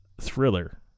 thriller